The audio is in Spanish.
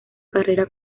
carrera